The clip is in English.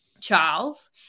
charles